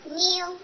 new